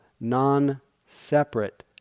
non-separate